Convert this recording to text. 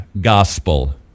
gospel